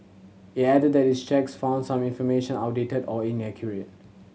it added that its checks found some information outdated or inaccurate